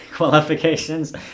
qualifications